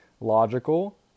logical